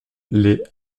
les